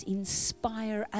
inspire